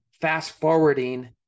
fast-forwarding